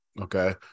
Okay